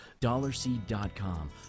Dollarseed.com